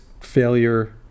failure